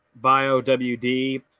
BioWD